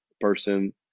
person